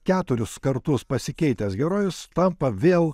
keturis kartus pasikeitęs herojus tampa vėl